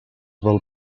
del